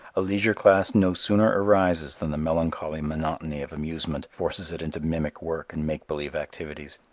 a leisure class no sooner arises than the melancholy monotony of amusement forces it into mimic work and make-believe activities.